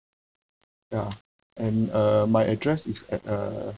ya and uh my address is at uh